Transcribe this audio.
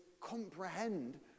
comprehend